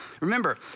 Remember